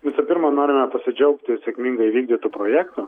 visų pirma norime pasidžiaugti sėkmingai įvykdytu projektu